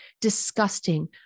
disgusting